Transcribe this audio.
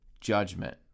judgment